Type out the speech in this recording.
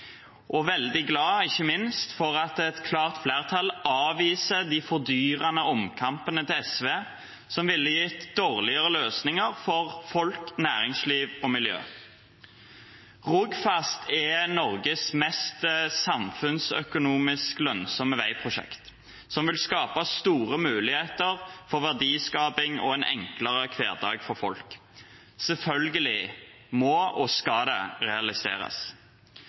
og ikke minst er jeg veldig glad for at et klart flertall avviser de fordyrende omkampene til SV, som ville ha gitt dårligere løsninger for folk, næringsliv og miljø. Rogfast er Norges mest samfunnsøkonomisk lønnsomme veiprosjekt, som vil skape store muligheter for verdiskaping og en enklere hverdag for folk. Selvfølgelig må og skal det realiseres.